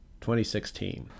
2016